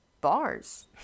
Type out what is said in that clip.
Bars